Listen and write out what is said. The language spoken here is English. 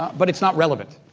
but it's not relevant.